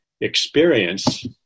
experience